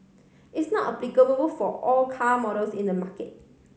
it's not applicable for all car models in the market